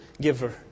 giver